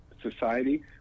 Society